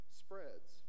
spreads